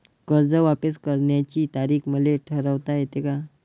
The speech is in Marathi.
कर्ज वापिस करण्याची तारीख मले ठरवता येते का?